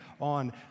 on